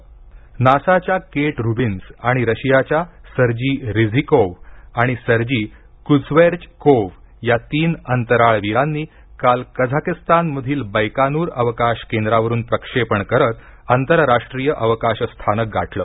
अवकाश स्थानक नासाच्या केट रुबिन्स आणि रशियाच्या सर्जी रिझीकोव्ह आणि सर्जी क्दस्वेर्च कोव्ह या तीन अंतराळवीरांनी काल कझाकस्तानमधील बैकानूर अवकाश केंद्रावरून प्रक्षेपण करत आंतरराष्ट्रीय अवकाश स्थानक गाठले